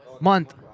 month